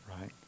Right